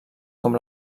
com